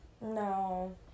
no